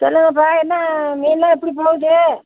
சொல்லுங்கப்பா என்ன மீனெலாம் எப்படி போகுது